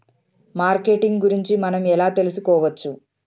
Marketing గురించి మనం ఎలా తెలుసుకోవచ్చు?